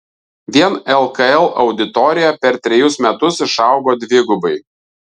vien lkl auditorija per trejus metus išaugo dvigubai